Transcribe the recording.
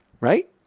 right